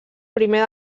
primer